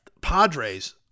Padres